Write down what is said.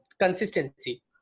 consistency